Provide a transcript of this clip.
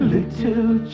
Little